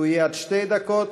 יהיה עד שתי דקות,